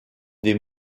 des